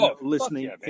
listening